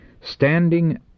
Standing